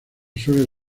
suele